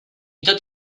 tot